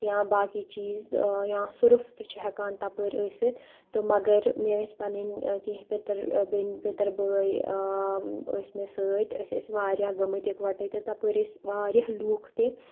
یا باقٕے چیٖز یا سُرُپھ تہِ چھُ ہٮ۪کان تَپٲرۍ ٲسِتھ تہٕ مگر مےٚ ٲسۍ پَنٕنۍ کینٛہہ پِتٕر بیٚنہِ پِتٕر بٲے ٲسۍ مےٚ سۭتۍ أسۍ ٲسۍ واریاہ گٔمٕتۍ اِکوَٹَے تہٕ تَپٲرۍ ٲسۍ واریاہ لوٗکھ تہِ